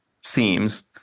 seems